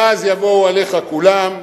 ואז יבואו עליך כולם,